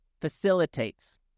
facilitates